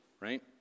right